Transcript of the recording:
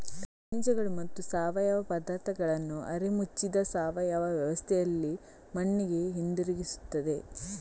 ಖನಿಜಗಳು ಮತ್ತು ಸಾವಯವ ಪದಾರ್ಥಗಳನ್ನು ಅರೆ ಮುಚ್ಚಿದ ಸಾವಯವ ವ್ಯವಸ್ಥೆಯಲ್ಲಿ ಮಣ್ಣಿಗೆ ಹಿಂತಿರುಗಿಸುತ್ತದೆ